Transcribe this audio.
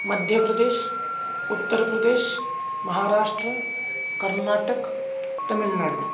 मध्यप्रदेशः उत्तरप्रदेशः महाराष्ट्रं कर्नाटकं तमिल्नाडु